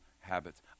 habits